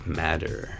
matter